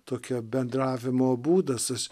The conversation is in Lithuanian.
tokia bendravimo būdas jis